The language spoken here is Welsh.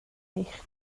eich